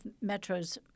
Metro's